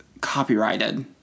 copyrighted